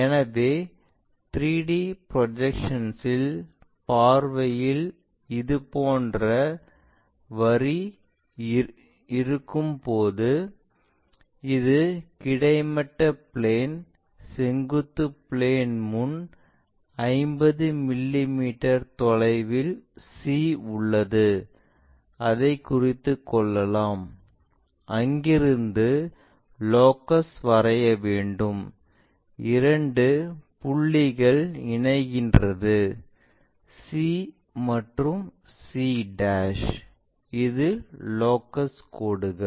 எனவே 3டி பிக்டோரியல் பார்வையில் இது போன்ற வரி இருக்கும்போது இது கிடைமட்ட பிளேன் செங்குத்து பிளேன் முன் 50 மிமீ தொலைவில் C உள்ளது அதை குறித்துக் கொள்ளலாம் அங்கிருந்து லோகஸ் வரைய வேண்டும் இரண்டு புள்ளிகள் இருக்கின்றது c மற்றும் c இது லோகஸ் கோடுகள்